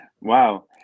Wow